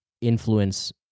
influence